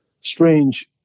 strange